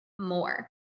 more